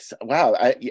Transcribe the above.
Wow